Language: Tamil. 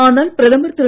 ஆனால் பிரதமர் திரு